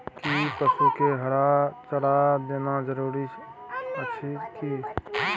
कि पसु के हरा चारा देनाय जरूरी अछि की?